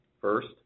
First